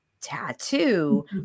tattoo